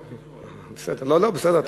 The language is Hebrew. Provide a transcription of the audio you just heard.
אני לא, בסדר.